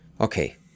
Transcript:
okay